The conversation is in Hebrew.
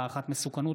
והערכת מסוכנות,